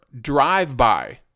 drive-by